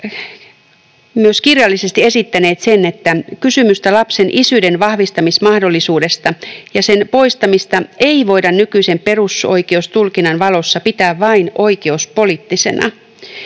myös kirjallisesti esittäneet, että kysymystä lapsen isyyden vahvistamismahdollisuudesta ja sen poistamisesta ei voida nykyisen perusoikeustulkinnan valossa pitää vain oikeuspoliittisena.